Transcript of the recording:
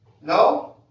No